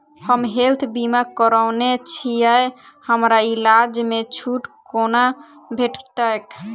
हम हेल्थ बीमा करौने छीयै हमरा इलाज मे छुट कोना भेटतैक?